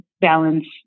balance